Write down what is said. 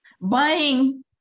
buying